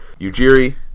Ujiri